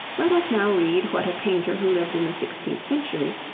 let us now read what a painter who lived in the sixteenth century,